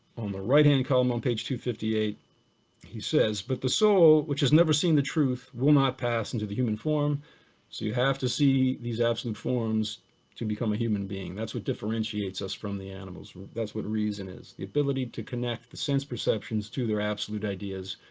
on the right hand column on page two hundred and fifty eight he says, but the soul, which has never seen the truth, will not pass into the human form so you have to see these absent forms to become a human being. that's what differentiates us from the animals, that's what reason is, the ability to connect the sense perceptions to their absolute ideas